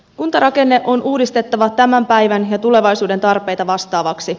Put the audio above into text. kuntarakenne on uudistettava tämän päivän ja tulevaisuuden tarpeita vastaavaksi